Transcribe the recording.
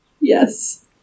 Yes